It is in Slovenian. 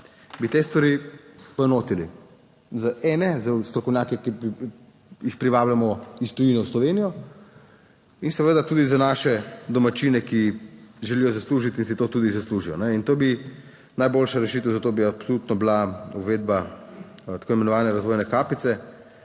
bi te stvari poenotili za strokovnjake, ki jih privabljamo iz tujine v Slovenijo, in seveda tudi za naše domačine, ki želijo zaslužiti in si to tudi zaslužijo. In to bi najboljša rešitev. Zato bi absolutno bila uvedba tako imenovane razvojne kapice,